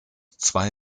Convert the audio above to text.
zwei